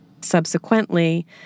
Subsequently